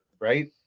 right